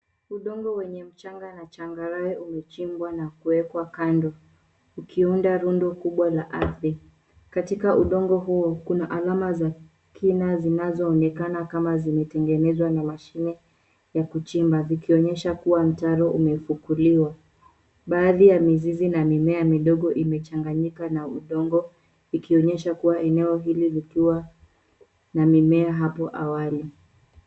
Udongo wenye mchanga na changarawe umechimbwa na kuwekwa kando ukiunda rundo kubwa la ardhi. Katika udongo huo kuna alama za kina zinazoonekana kama zimetengenezwa na mashine ya kuchimba zikionyesha kuwa mtaro umefukuliwa. Baadhi ya mizizi na mimea midogo imechanganyika na udongo ikionyesha kuwa eneo hili likiwa na mimea hapo awali.